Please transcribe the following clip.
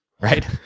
right